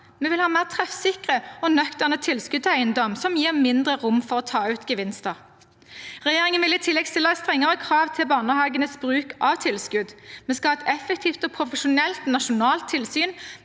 Vi vil ha mer treffsikre og nøkterne tilskudd til eiendom, som gir mindre rom for å ta ut gevinster. Regjeringen vil i tillegg stille strengere krav til barnehagenes bruk av tilskudd. Vi skal ha et effektivt og profesjonelt nasjonalt tilsyn